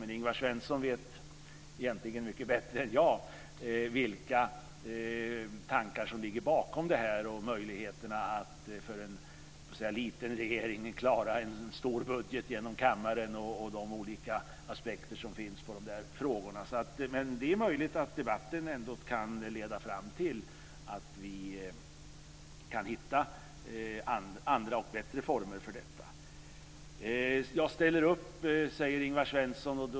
Men Ingvar Svensson vet egentligen mycket bättre än jag vilka tankar som ligger bakom och möjligheterna för en liten regering att klara en stor budget genom kammaren, med de olika aspekterna på frågorna. Men det är möjligt att debatten ändå kan leda fram till att vi kan hitta andra och bättre former. Jag ställer upp, säger Ingvar Svensson.